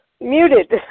muted